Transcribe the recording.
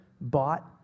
bought